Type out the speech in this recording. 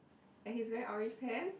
and his very orange pants